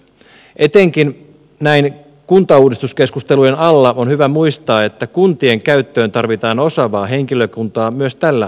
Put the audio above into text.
etenkin näin kuntauudistuskeskustelujen alla on hyvä muistaa että kuntien käyttöön tarvitaan osaavaa henkilökuntaa myös tällä alalla